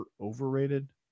overrated